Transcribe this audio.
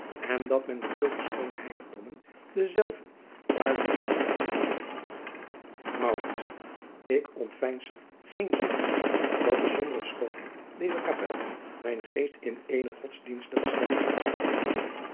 en dat men door zulke schoone heiligdommen denzelven waarlijk luister bijzet maurits ik ontveins geenszins dat de sombere schoonheid dezer kapel mijnen geest in eene gods dienstige stemming gebragt heeft